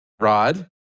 Rod